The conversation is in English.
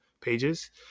pages